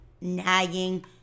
nagging